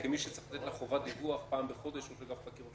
אנחנו נתחיל עם הקשיים ביישום התוכנית